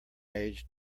age